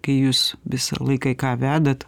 kai jūs visą laiką į ką vedat